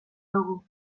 dugu